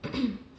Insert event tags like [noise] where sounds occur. [noise]